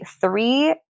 three